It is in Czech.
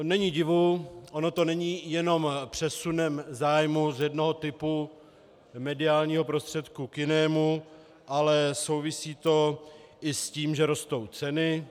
Není divu, ono to není jenom přesunem zájmu z jednoho typu mediálního prostředku k jinému, ale souvisí to i s tím, že rostou ceny.